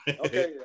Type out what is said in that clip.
Okay